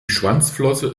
schwanzflosse